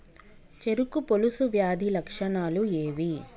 చెరుకు పొలుసు వ్యాధి లక్షణాలు ఏవి?